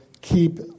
keep